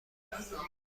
اند